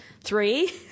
three